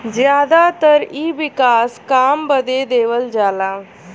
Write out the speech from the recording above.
जादातर इ विकास काम बदे देवल जाला